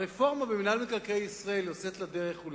הרפורמה במינהל מקרקעי ישראל אולי יוצאת לדרך.